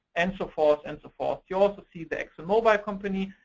and so forth, and so forth. you also see the exxon mobil company,